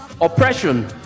oppression